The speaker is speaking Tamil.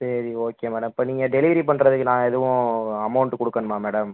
சரி ஓகே மேடம் இப்போ நீங்கள் டெலிவரி பண்ணுறத்துக்கு நான் எதுவும் அமௌண்ட் கொடுக்கணுமா மேடம்